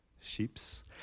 Sheeps